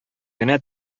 генә